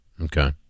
Okay